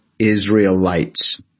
Israelites